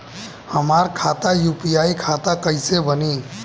हमार खाता यू.पी.आई खाता कईसे बनी?